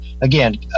again